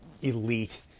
elite